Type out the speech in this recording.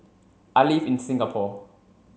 I live in Singapore